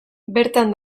bertan